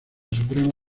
suprema